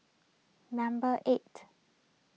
number eight